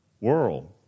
world